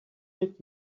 did